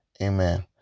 Amen